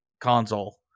console